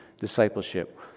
discipleship